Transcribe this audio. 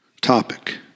topic